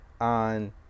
on